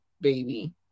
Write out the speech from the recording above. baby